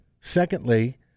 secondly